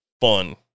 fun